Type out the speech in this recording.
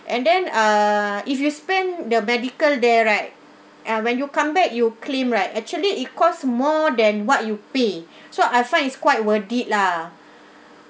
and then uh if you spend the medical there right ah when you come back you claim right actually it cost more than what you pay so I find is quite worth it lah